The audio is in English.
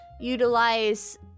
utilize